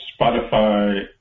Spotify